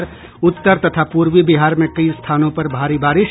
और उत्तर तथा पूर्वी बिहार में कई स्थानों पर भारी बारिश